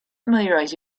familiarize